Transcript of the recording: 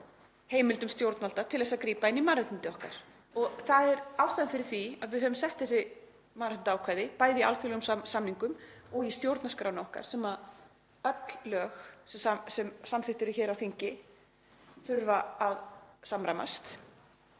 heimildum stjórnvalda til að grípa inn í mannréttindi okkar. Það er ástæðan fyrir því að við höfum sett þessi mannréttindaákvæði, bæði í alþjóðlegum samningum og í stjórnarskránni okkar sem öll lög sem samþykkt eru hér á þingi þurfa að samræmast.